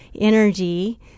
energy –